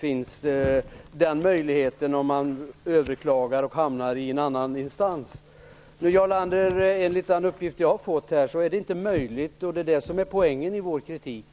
har en sådan möjlighet, om man överklagar och hamnar i en annan instans. Jarl Lander! Enligt den uppgift som jag har fått är detta inte möjligt, och det är detta som är poängen i vår kritik.